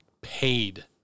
paid